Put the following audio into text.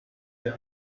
wir